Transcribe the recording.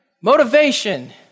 Motivation